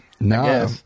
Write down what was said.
No